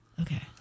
Okay